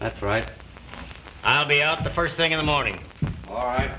that's right i'll be out the first thing in the morning